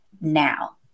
now